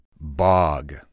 bog